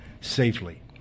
safely